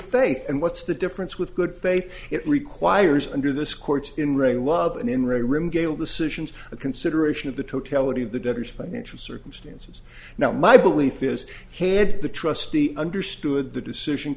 faith and what's the difference with good faith it requires under this court's in ring love and in regale decisions a consideration of the totality of the debtors financial circumstances now my belief is had the trustee understood the decision